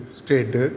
state